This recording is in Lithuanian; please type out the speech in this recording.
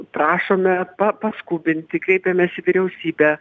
prašome pa paskubinti kreipiamės į vyriausybę